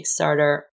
Kickstarter